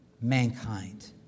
mankind